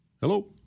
Hello